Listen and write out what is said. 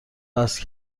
وصل